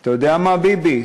אתה יודע מה, ביבי?